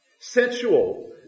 Sensual